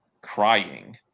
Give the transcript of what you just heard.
crying